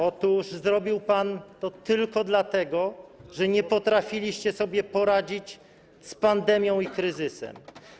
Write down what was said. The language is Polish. Otóż zrobił pan to tylko dlatego, że nie potrafiliście sobie poradzić z pandemią i kryzysem.